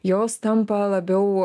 jos tampa labiau